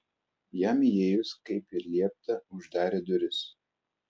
jam įėjus kaip ir liepta uždarė duris